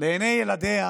לעיני ילדיה